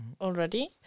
already